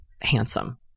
handsome